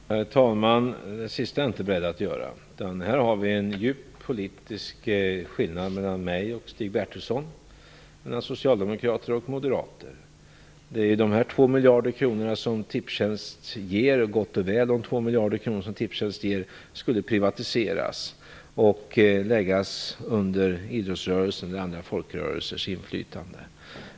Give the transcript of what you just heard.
Herr talman! Det sista är jag inte beredd att göra. Här har vi en djup politisk skillnad mellan mig och Stig Bertilsson, mellan socialdemokrater och moderater. De gott och väl 2 miljarder som Tipstjänst ger skulle privatiseras och läggas under idrottsrörelsens eller andra folkrörelsers inflytande.